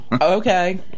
Okay